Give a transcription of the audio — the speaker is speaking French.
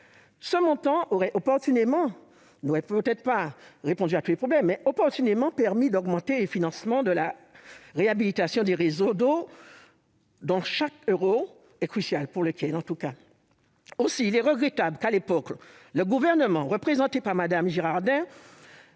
mais aurait opportunément permis d'augmenter les financements de la réhabilitation des réseaux d'eau, pour lesquels chaque euro est crucial. Aussi est-il regrettable que, à l'époque, le Gouvernement, représenté par Mme Girardin,